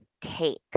take